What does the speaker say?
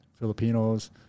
Filipinos